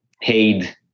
paid